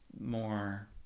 more